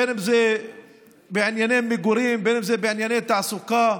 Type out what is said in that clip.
בין שזה בענייני מגורים, בין שזה בענייני תעסוקה,